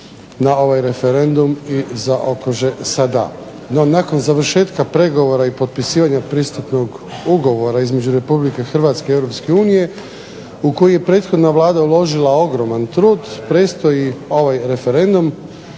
na ovaj referendum i zaokruže "DA". Nakon završetka pregovora i potpisivanja pristupnog ugovora između Republike Hrvatske i Europske unije u koji je prethodna Vlada uložila ogroman trud predstoji ovaj referendum